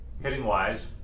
Hitting-wise